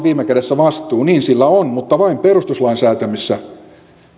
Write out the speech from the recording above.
viime kädessä vastuu niin niin sillä on mutta vain perustuslain säätämissä